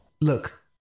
look